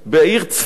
בעיר צפת.